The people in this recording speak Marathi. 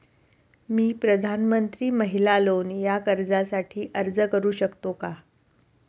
मी प्रधानमंत्री महिला लोन या कर्जासाठी अर्ज करू शकतो का?